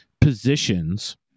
positions